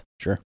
Sure